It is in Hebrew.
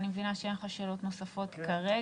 אני מבינה שאין לך שאלות נוספות כרגע,